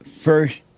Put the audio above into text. first